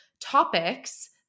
topics